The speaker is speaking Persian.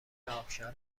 ابشار